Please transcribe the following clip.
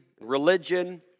religion